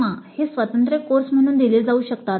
किंवा हे स्वतंत्र कोर्स म्हणून दिले जाऊ शकतात